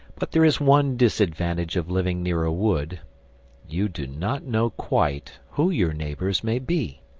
but there is one disadvantage of living near a wood you do not know quite who your neighbours may be.